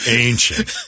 ancient